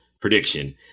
prediction